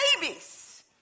babies